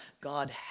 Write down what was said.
God